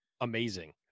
amazing